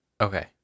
Okay